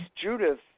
Judith